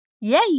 yay